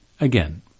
Again